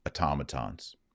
Automatons